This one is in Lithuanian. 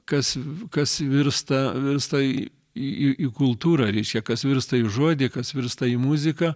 kas kas virsta virsta į į į į kultūrą reiškia kas virsta į žodį kas virsta į muziką